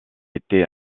était